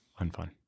unfun